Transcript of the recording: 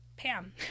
Pam